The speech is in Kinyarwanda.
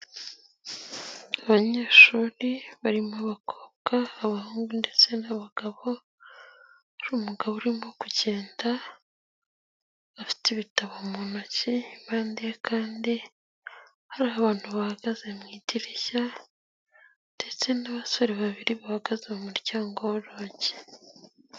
Abanyeshuri barimo abakobwa, abahungu ndetse n'abagabo. Hari umugabo urimo kugenda afite ibitabo mu ntoki kandi hari abantu bahagaze mu idirishya ndetse n'abasore babiri bahagaze mu muryango w'urugi.